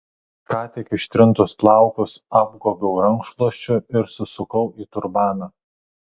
ką tik ištrinktus plaukus apgobiau rankšluosčiu ir susukau į turbaną